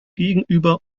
gegenüber